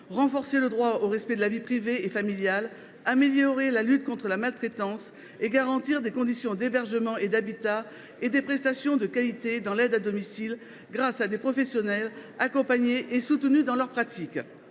renforcer le droit au respect de la vie privée et familiale, améliorer la lutte contre la maltraitance et garantir des conditions d’hébergement et d’habitat ainsi que des prestations de qualité dans l’aide à domicile grâce à des professionnels accompagnés et soutenus dans leurs pratiques.